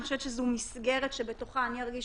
אני חושבת שזו מסגרת שבתוכה אני ארגיש